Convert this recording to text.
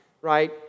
Right